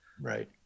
Right